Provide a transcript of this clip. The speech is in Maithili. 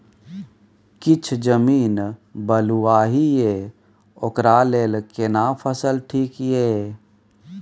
किछ जमीन बलुआही ये ओकरा लेल केना फसल ठीक ये?